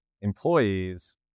employees